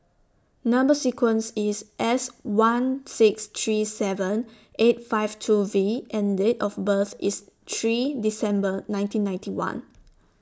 Number sequence IS S one six three seven eight five two V and Date of birth IS three December nineteen ninety one